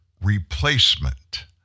replacement